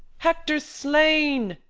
hector's slain.